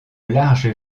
large